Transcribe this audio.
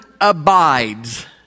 abides